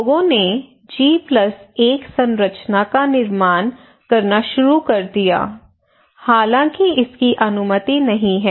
लोगों ने जी 1 संरचना का निर्माण करना शुरू कर दिया हालांकि इसकी अनुमति नहीं है